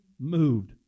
moved